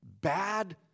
bad